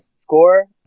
score